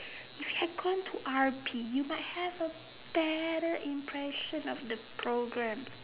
if you had gone to R_P you might have a better impression of the programme